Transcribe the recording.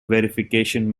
verification